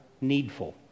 needful